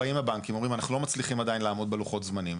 באים הבנקים ואומרים אנחנו לא מצליחים עדיין לעמוד בלוחות הזמנים.